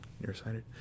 nearsighted